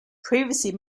previously